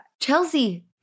Chelsea